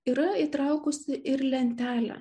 yra įtraukusi ir lentelę